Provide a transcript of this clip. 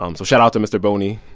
um so shoutout to mr. boni,